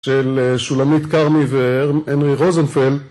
של שולמית כרמי והנרי רוזנפלד